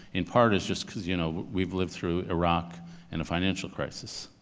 in part, is just because, you know, we've lived through iraq and a financial crisis,